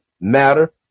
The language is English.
Matter